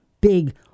big